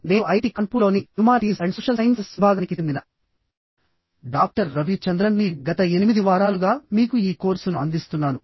నేను ఐఐటి కాన్పూర్లోని humanities and social sciences విభాగానికి చెందిన డాక్టర్ రవి చంద్రన్ ని గత 8 వారాలుగా మీకు ఈ కోర్సును అందిస్తున్నాను